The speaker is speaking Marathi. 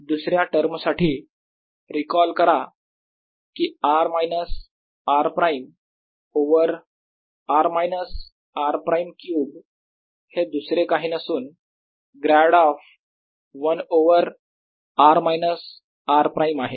दुसऱ्या टर्मसाठी रीकॉल करा की r minus r prime over r minus r prime cube हे दुसरे काही नसून grad of 1 over r minus r prime आहे